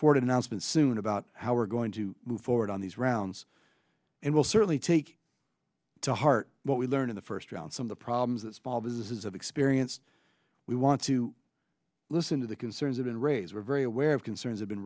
an announcement soon about how we're going to move forward on these rounds and we'll certainly take to heart what we learn in the first round some the problems that small businesses have experienced we want to listen to the concerns of and raise were very aware of concerns have been